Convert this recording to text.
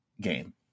game